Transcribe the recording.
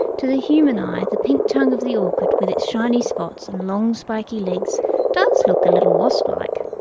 to the human eye, the pink tongue of the orchid, with its shiny spots and long spiky legs does look a little wasp-like.